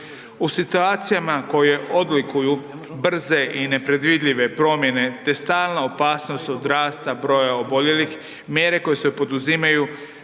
U situacijama koje odlikuju brze i nepredvidljive promjene, te stalna opasnost od rasta broja oboljelih, mjere koje se poduzimaju,